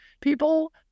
People